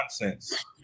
nonsense